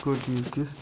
securities کِس